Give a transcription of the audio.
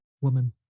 Woman